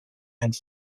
and